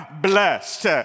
blessed